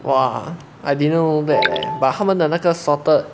!wah! I didn't know that leh but 他们的那个 salted